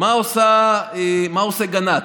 מה עושה גנץ?